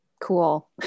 Cool